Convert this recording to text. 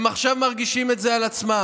הם עכשיו מרגישים את זה על עצמם,